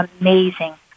amazing